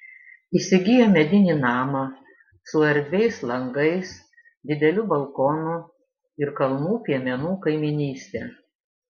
įsigijo medinį namą su erdviais langais dideliu balkonu ir kalnų piemenų kaimynyste